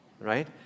right